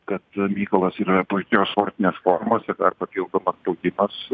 kad mykolas yra puikios sportinės formos dar papildomas spaudimas